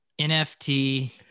NFT